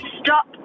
stop